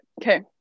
okay